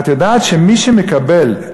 את יודעת שמי שמקבל,